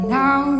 now